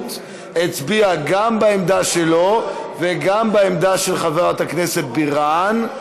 בטעות הצביע גם בעמדה שלו וגם בעמדה של חברת הכנסת בירן.